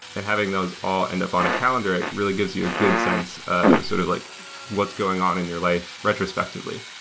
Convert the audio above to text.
and having those all end up on a calendar, it really gives you a good sense of sort of like what's going on in your life retrospectively.